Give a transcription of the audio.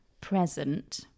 present